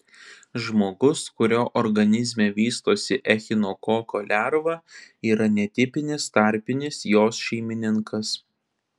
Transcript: žmogus kurio organizme vystosi echinokoko lerva yra netipinis tarpinis jos šeimininkas